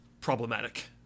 problematic